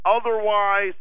otherwise